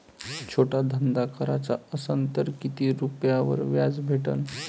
छोटा धंदा कराचा असन तर किती रुप्यावर कर्ज भेटन?